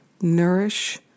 nourish